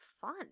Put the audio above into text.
fun